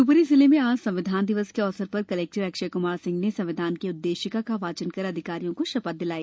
शिवपूरी जिले में आज संविधान दिवस के अवसर पर कलेक्टर अक्षय कुमार सिंह ने संविधान की उद्देशिका का वाचन कर अधिकारियों को शपथ दिलाई